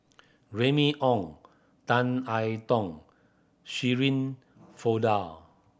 Remy Ong Tan I Tong Shirin Fozdar